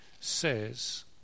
says